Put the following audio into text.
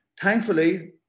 Thankfully